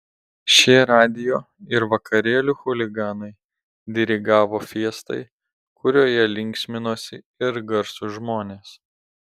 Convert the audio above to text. šie radijo ir vakarėlių chuliganai dirigavo fiestai kurioje linksminosi ir garsūs žmonės